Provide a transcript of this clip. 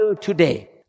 today